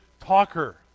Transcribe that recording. talker